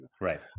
right